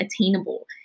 attainable